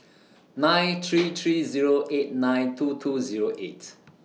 nine three three Zero eight nine two two Zero eight